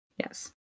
Yes